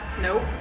Nope